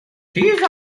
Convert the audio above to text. diese